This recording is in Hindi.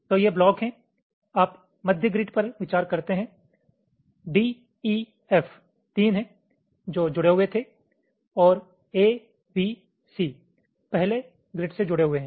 तो ये ब्लॉक हैं आप मध्य ग्रिड पर विचार करते हैं D E F तीन हैं जो जुड़े हुए थे और A B C पहले ग्रिड से जुड़े हैं